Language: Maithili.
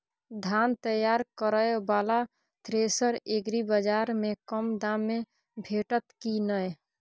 धान तैयार करय वाला थ्रेसर एग्रीबाजार में कम दाम में भेटत की नय?